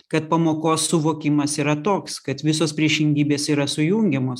kad pamokos suvokimas yra toks kad visos priešingybės yra sujungiamos